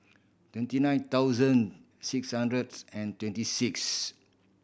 twenty nine thousand six hundreds and twenty six